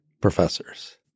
professors